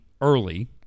early